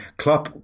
Klopp